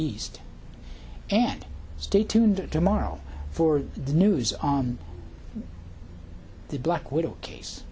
east and stay tuned tomorrow for the news on the black widow case